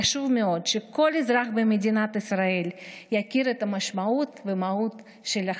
חשוב מאוד שכל אזרח במדינת ישראל יכיר את המשמעות והמהות של החג,